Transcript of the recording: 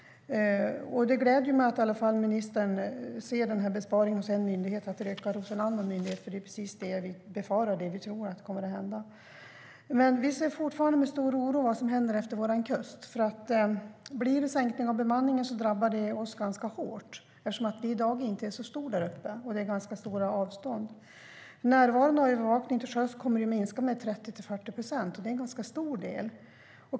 Det gläder mig att ministern anser att besparingen hos en myndighet inte ska utgöra en risk för en annan myndighet. Det är vad vi befarar ska hända. Vi ser fortfarande med stor oro på vad som händer utefter vår kust. Om bemanningen sänks drabbar det oss hårt. I dag är den inte så stor, och det är fråga om stora avstånd. Närvaron och övervakningen till sjöss kommer att minska med 30-40 procent, och det är en stor del.